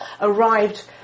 arrived